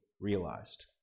realized